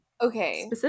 Okay